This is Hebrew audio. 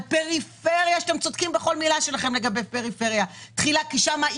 על פריפריה שאתם צודקים בכל מילה שלכם כי שם יש